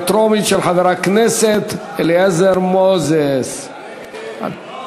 של חבר הכנסת אליעזר מוזס, קריאה טרומית.